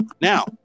Now